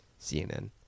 CNN